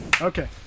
Okay